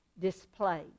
displayed